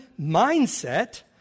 mindset